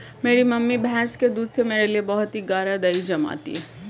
मेरी मम्मी भैंस के दूध से मेरे लिए बहुत ही गाड़ा दही जमाती है